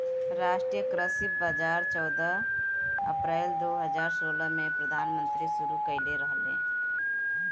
राष्ट्रीय कृषि बाजार चौदह अप्रैल दो हज़ार सोलह में प्रधानमंत्री शुरू कईले रहले